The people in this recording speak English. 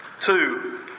two